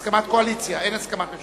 הצעת חוק כלי הירייה (תיקון,